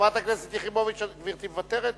חברת הכנסת יחימוביץ, גברתי מוותרת?